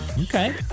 Okay